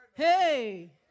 Hey